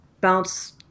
bounce